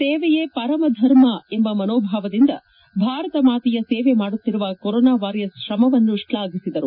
ಸೇವೆಯೇ ಪರಮ ಧರ್ಮ ಎಂಬ ಮನೋಭಾವದಿಂದ ಭಾರತ ಮಾತೆಯ ಸೇವೆ ಮಾಡುತ್ತಿರುವ ಕೊರೊನಾ ವಾರಿಯರ್ಸ್ ಶ್ರಮವನ್ನು ಶ್ಲಾಘಿಸಿದರು